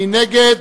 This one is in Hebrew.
מי נגד?